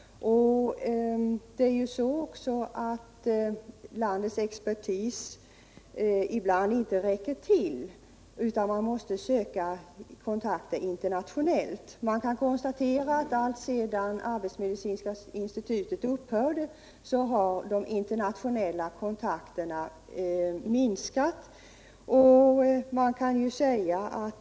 Det är också så att landets expertis ibland inte räcker till utan man måste söka kontakter internationellt. Alltsedan arbetsmedicinska institutet upphörde har de internationella kontakterna minskat.